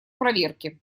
проверке